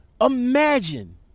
imagine